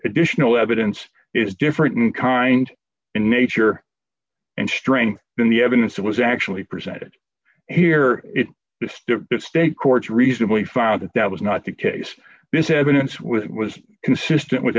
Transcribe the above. additional evidence is different in kind in nature and strength than the evidence that was actually presented here it just the state courts recently found that that was not the case this evidence was it was consistent with